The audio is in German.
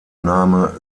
name